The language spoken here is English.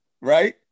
right